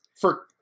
For-